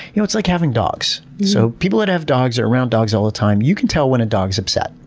you know it's like having dogs. so people that have dogs and are around dogs all the time, you can tell when a dog's upset.